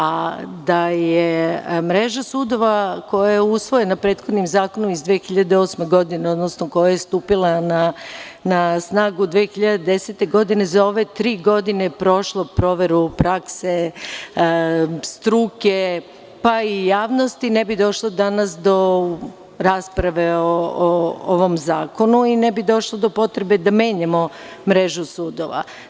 A da je mreža sudova koja je usvojena prethodnim zakonom iz 2008. godine, odnosno koja je stupila na snagu 2010. godine, za ove tri godine prošla proveru prakse, struke, pa i javnosti, ne bi došlo danas do rasprave o ovom zakonu i ne bi došlo do potrebe da menjamo mrežu sudova.